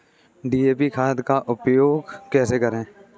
DAP खाद का उपयोग कैसे करें?